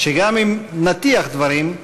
שגם אם נטיח דברים,